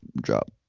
drop